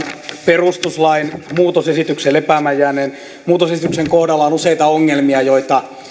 perustuslain lepäämään jääneen muutosesityksen kohdalla on useita ongelmia joita